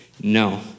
No